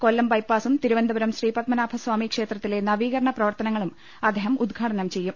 കൊല്ലം ബൈപ്പാസും തിരുവനന്തപുരം ശ്രീപത്മനാഭസ്വാമി ക്ഷേത്രത്തിലെ നവീകരണ പ്രവർത്തനങ്ങളും അദ്ദേഹം ഉദ്ഘാടനം ചെയ്യും